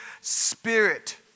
spirit